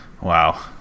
Wow